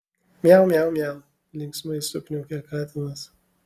miau miau miau linksmai sukniaukė katinas